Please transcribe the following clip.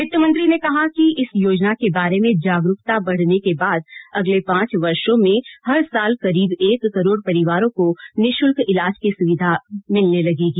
वित्त मंत्री ने कहा कि इस योजना के बारे में जागरूकता बढ़ने के बाद अगले पांच वर्षों में हर साल करीब एक करोड़ परिवारों को निःशुल्क इलाज की सुविधा मिलने लगेगी